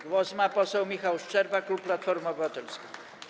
Głos ma poseł Michał Szczerba, klub Platforma Obywatelska.